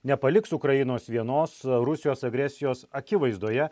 nepaliks ukrainos vienos rusijos agresijos akivaizdoje